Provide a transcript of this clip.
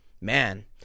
man